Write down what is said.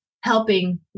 helping